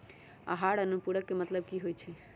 आहार अनुपूरक के मतलब की होइ छई?